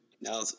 Now